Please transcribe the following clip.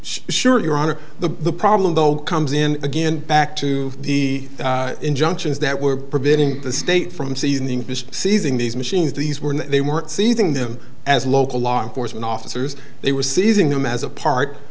sure the problem though comes in again back to the injunctions that were preventing the state from seasoning seizing these machines these were they weren't seeing them as local law enforcement officers they were seizing them as a part